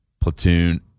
platoon